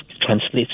translates